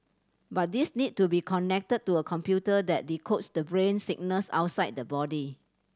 but these need to be connected to a computer that decodes the brain signals outside the body